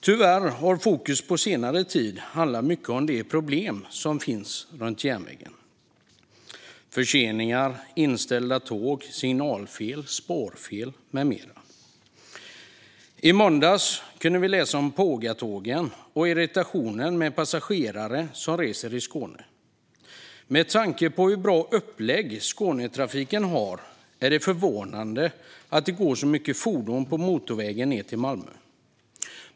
Tyvärr har det på senare tid varit mycket fokus på de problem som finns runt järnvägen: förseningar, inställda tåg, signalfel, spårfel med mera. I måndags kunde vi läsa om Pågatågen och irritationen hos passagerare som reser i Skåne. Med tanke på hur bra upplägg Skånetrafiken har är det förvånande att det går så många fordon på motorvägen ned till Malmö.